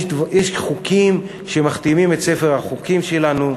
יש חוקים שמכתימים את ספר החוקים שלנו,